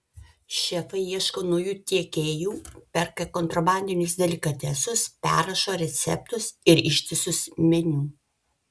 šefai ieško naujų tiekėjų perka kontrabandinius delikatesus perrašo receptus ir ištisus meniu